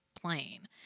plane